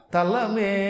Talame